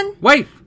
Wife